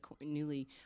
newly